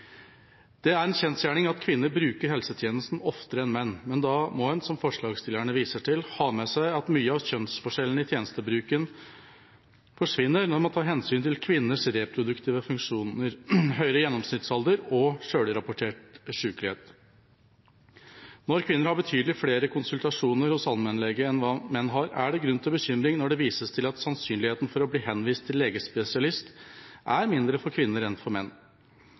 Det er en kjensgjerning at kvinner bruker helsetjenesten oftere enn menn, men da må en, som forslagsstillerne viser til, ha med seg at mye av kjønnsforskjellen i tjenestebruken forsvinner når man tar hensyn til kvinners reproduktive funksjoner, høyere gjennomsnittsalder og selvrapportert sykelighet. Når kvinner har betydelig flere konsultasjoner hos allmennlege enn hva menn har, er det grunn til bekymring når det vises til at sannsynligheten for å bli henvist til legespesialist er mindre for kvinner enn for menn.